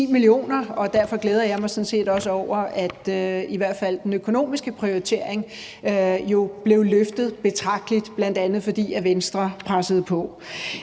set også over, at i hvert fald den økonomiske prioritering blev løftet betragteligt, bl.a. fordi Venstre pressede på.